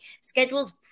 schedules